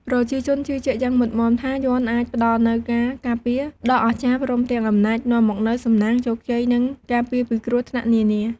ប្រជាជនជឿជាក់យ៉ាងមុតមាំថា យ័ន្តអាចផ្ដល់នូវការការពារដ៏អស្ចារ្យ ព្រមទាំងអំណាចនាំមកនូវសំណាង ជោគជ័យ និងការពារពីគ្រោះថ្នាក់នានា។